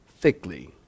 Thickly